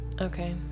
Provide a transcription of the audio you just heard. Okay